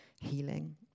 healing